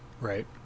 Right